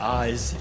eyes